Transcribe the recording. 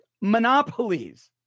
monopolies